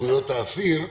לזכויות האסיר,